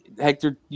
Hector